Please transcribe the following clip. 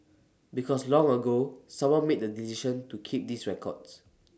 because long ago someone made the decision to keep these records